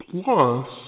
Plus